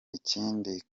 ikindi